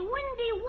Windy